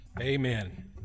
Amen